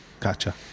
Gotcha